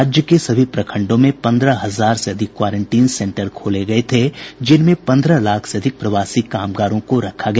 राज्य के सभी प्रखंडों में पंद्रह हजार से अधिक क्वारेंटीन सेंटर खोले गये थे जिनमें पंद्रह लाख से अधिक प्रवासी कामगारों को रखा गया